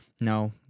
no